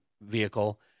vehicle